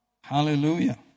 Hallelujah